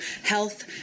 health